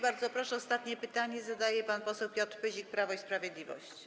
Bardzo proszę, ostatnie pytanie zadaje pan poseł Piotr Pyzik, Prawo i Sprawiedliwość.